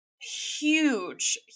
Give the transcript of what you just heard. huge